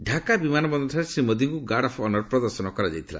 ଢାକା ବିମାନବନ୍ଦରଠାରେ ଶ୍ରୀ ମୋଦୀଙ୍କୁ guard of honour ପ୍ରଦର୍ଶନ କରାଯାଇଥିଲା